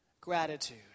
gratitude